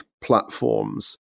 platforms